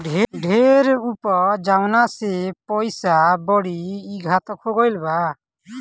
ढेर उपज जवना से पइसा बढ़ी, ई घातक हो गईल बा